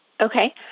Okay